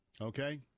okay